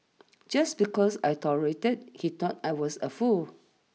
just because I tolerated he thought I was a fool